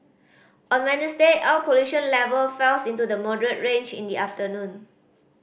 on Wednesday air pollution level fell into the moderate range in the afternoon